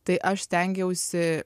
tai aš stengiausi